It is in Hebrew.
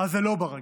אז זה לא "ברגיל",